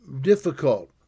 difficult